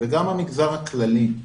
וגם המגזר הכללי,